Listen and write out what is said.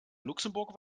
luxemburg